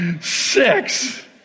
six